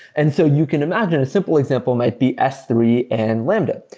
and so you can imagine a simple example might be s three and lambda.